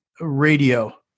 radio